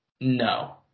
No